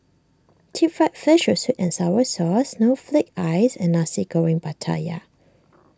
Deep Fried Fish with Sweet and Sour Sauce Snowflake Ice and Nasi Goreng Pattaya